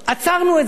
עצרנו את זה.